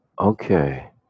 okay